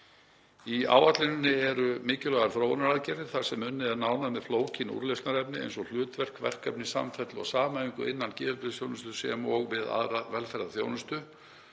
Í áætluninni eru mikilvægar þróunaraðgerðir þar sem unnið er nánar með flókin úrlausnarefni eins og að hlutverk, verkefni, samfella og samhæfing innan geðheilbrigðisþjónustu, sem og við aðra velferðarþjónustu,